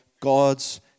God's